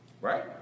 Right